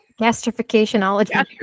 Gastrificationology